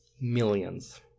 Millions